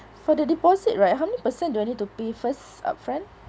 for the deposit right how many percent do I need to pay first upfront